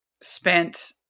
spent